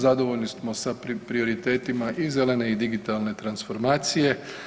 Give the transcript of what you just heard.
Zadovoljni smo sa prioritetima i zelene i digitalne transformacije.